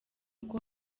uko